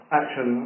action